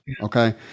okay